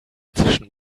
zwischen